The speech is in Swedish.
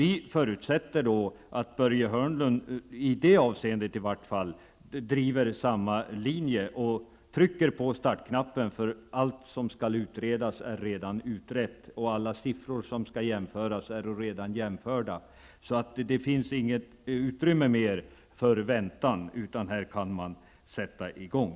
Vi förutsätter att Börje Hörnlund i varje fall i det avseendet driver samma linje och att han trycker på startknappen. Allt som skall utredas är nämligen redan utrett, och alla siffror som skall jämföras är redan jämförda. Det finns inte längre något utrymme för väntan, utan här kan man sätta i gång.